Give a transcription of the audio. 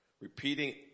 repeating